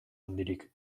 handirik